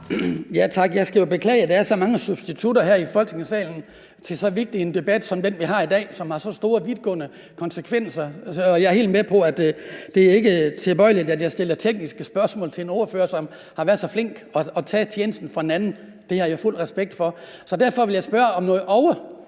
Jeg må jo beklage, at der er så mange substitutter her i Folketingssalen til så vigtig en debat som den, vi har i dag, som har så store og vidtgående konsekvenser. Jeg er helt med på, at det ikke er tilbørligt, at jeg stiller tekniske spørgsmål til en ordfører, som har været så flink at tage tjenesten for en anden. Det har jeg fuld respekt for. Derfor vil jeg spørge om noget